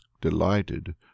delighted